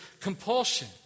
compulsion